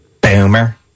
Boomer